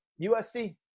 USC